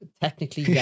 Technically